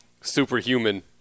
superhuman